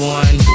one